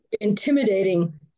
intimidating